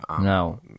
no